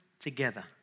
together